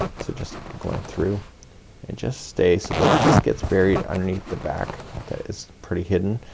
so just going through and just stay so that just gets buried underneath the back that is pretty hidden.